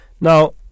Now